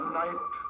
night